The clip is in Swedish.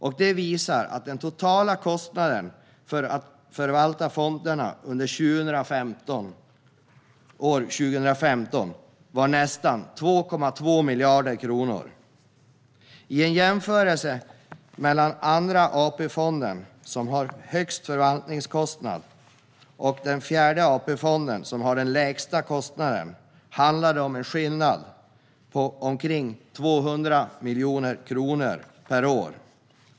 Det visar sig då att den totala kostnaden för att förvalta fonderna under 2015 var nästan 2,2 miljarder kronor. I en jämförelse mellan Andra AP-fonden som har den högsta förvaltningskostnaden och Fjärde AP-fonden som har den lägsta handlar det om en skillnad på omkring 200 miljoner kronor per år.